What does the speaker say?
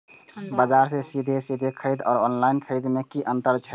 बजार से सीधे सीधे खरीद आर ऑनलाइन खरीद में की अंतर छै?